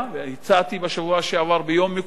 והצעתי בשבוע שעבר ביום "מקורות",